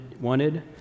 wanted